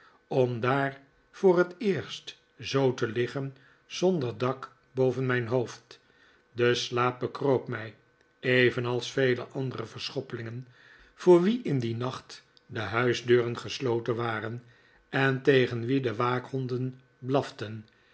om daar voor het eerst zoo te liggen zonder dak boven mijn hoofd de slaap bekroop mij evenals vele andere verschoppelingen voor wie in dien nacht de huisdeuren gesloten waren en tegen wie de waakhonden blaften